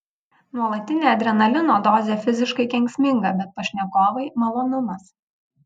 nuolatinė adrenalino dozė fiziškai kenksminga bet pašnekovai malonumas